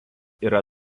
yra